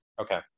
Okay